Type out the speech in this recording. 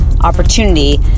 opportunity